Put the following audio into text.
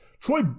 Troy